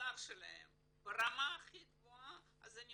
והמוצר שלהם ברמה הכי גבוהה, אז יש